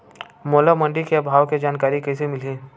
मोला मंडी के भाव के जानकारी कइसे मिलही?